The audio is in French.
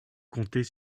compter